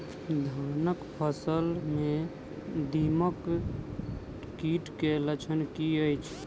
धानक फसल मे दीमक कीट केँ लक्षण की अछि?